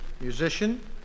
Musician